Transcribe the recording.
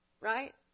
right